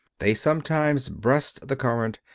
they sometimes breast the current,